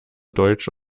deutsche